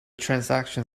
transaction